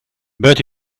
but